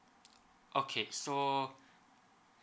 okay so